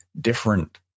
different